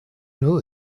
know